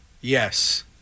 Yes